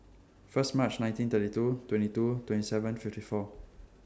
First March nineteen thirty two twenty two twenty seven fifty four